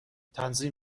تنظیم